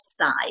side